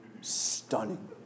stunning